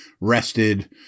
Rested